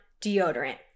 Deodorant